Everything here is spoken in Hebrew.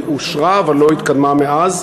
והיא אושרה אבל לא התקדמה מאז,